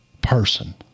person